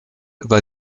über